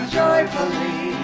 joyfully